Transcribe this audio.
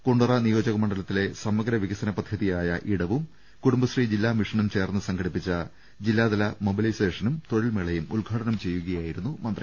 കുണ്ടറ നിയോജക മണ്ഡലത്തിലെ സമഗ്ര വികസന പദ്ധതിയായ ഇടവും കുടുംബശ്രീ ജില്ലാ മിഷനും ചേർന്ന് സംഘടിപ്പിച്ച ജില്ലാതല മൊബിലൈസേഷനും തൊഴിൽമേളയും ഉദ്ഘാടനം ചെയ്യുകയായിരുന്നു മന്ത്രി